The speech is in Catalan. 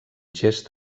gest